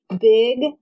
big